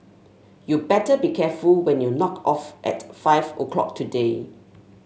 you better be careful when you knock off at five o'clock today